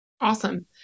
Awesome